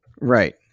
Right